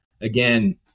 again